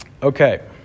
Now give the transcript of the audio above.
Okay